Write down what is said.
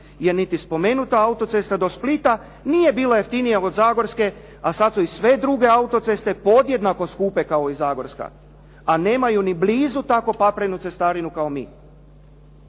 jer niti spomenuta autocesta do Splita nije bila jeftinija od Zagorske, a sada su sve druge autoceste podjednako skupe kao i Zagorska. A nemaju niti blizu tako paprenu cestarinu kao mi.